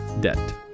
debt